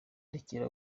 rekera